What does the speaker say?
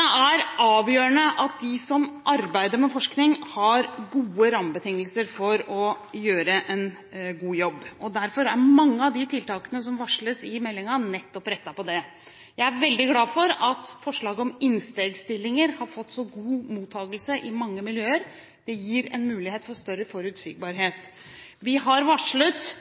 er avgjørende at de som arbeider med forskning, har gode rammebetingelser for å gjøre en god jobb. Derfor er mange av de tiltakene som varsles i meldingen, nettopp rettet mot det. Jeg er veldig glad for Jeg er veldig glad for at forslaget om innstegsstillinger har fått så god mottagelse i mange miljøer. Det gir en mulighet for større forutsigbarhet. Vi har varslet